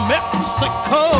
Mexico